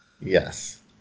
Yes